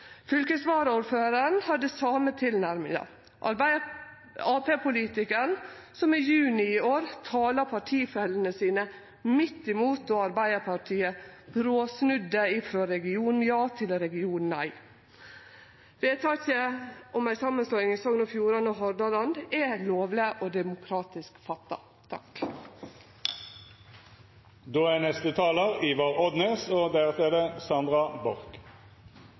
Fylkesvaraordføraren hadde den same tilnærminga – Arbeidarparti-politikaren som i juni i år tala partifellene sine midt imot – og Arbeidarpartiet bråsnudde frå region-ja til region-nei. Vedtaket om ei samanslåing av Sogn og Fjordane og Hordaland er lovleg og demokratisk fatta. Saksordføraren Ketil Kjenseth uttalte til Oppland Arbeiderblad den 1. desember at det er stor ståhei for ingenting, det som vi i Senterpartiet og